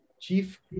Chief